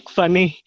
funny